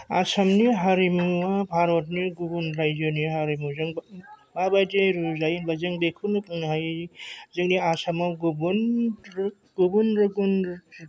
आसामनि हारिमुआ भारतनि गुबुन रायजोनि हारिमुजों माबायदि रुजुजायो होनबा जों बेखौनो बुंनो हायो जोंनि आसामाव गुबुन गुबुन रोखोम